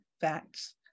facts